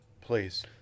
Please